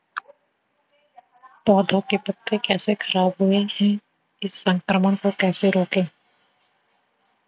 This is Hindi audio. पौधों के पत्ते कैसे खराब हुए हैं इस संक्रमण को कैसे रोकें?